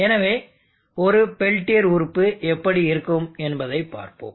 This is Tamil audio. எனவே ஒரு பெல்டியர் உறுப்பு எப்படி இருக்கும் என்பதை பார்ப்போம்